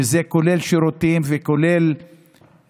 שזה כולל שירותים ומקלחת.